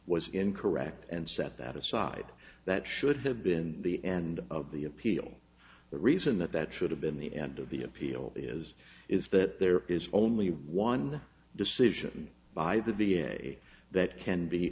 was incorrect and set that aside that should have been the end of the appeal the reason that that should have been the end of the appeal is is that there is only one decision by the v a that can be